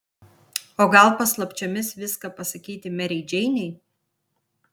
o gal paslapčiomis viską pasakyti merei džeinei